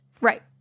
Right